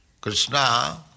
Krishna